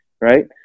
Right